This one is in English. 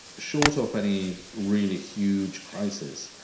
short of any really huge crisis,